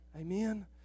Amen